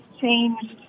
changed